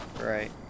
Right